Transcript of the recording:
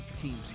teams